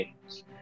games